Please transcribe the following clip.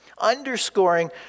underscoring